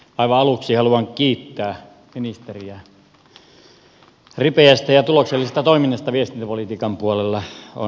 aivan aluksi haluan kiittää ministeriä ripeästä ja tuloksellisesta toiminnasta viestintäpolitiikan puolella